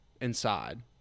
inside